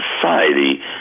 society